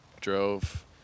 drove